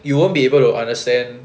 you won't be able to understand